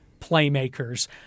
playmakers